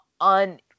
on